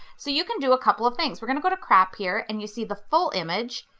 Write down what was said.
so you can do a couple of things. we're gonna go to crop here and you see the full image,